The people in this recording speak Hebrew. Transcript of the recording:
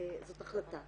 זאת החלטה